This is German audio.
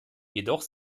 jedoch